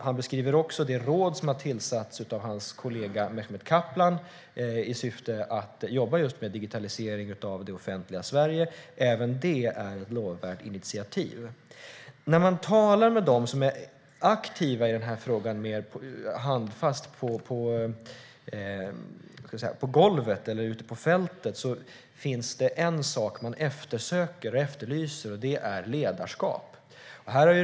Han beskriver också det råd som har tillsatts av hans kollega Mehmet Kaplan i syfte att jobba med just digitalisering av det offentliga Sverige. Även det är ett lovvärt initiativ. När jag talar med dem som är aktiva i denna fråga ute på fältet efterlyser de ledarskap.